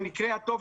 במקרה הטוב,